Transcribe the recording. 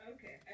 Okay